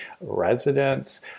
residents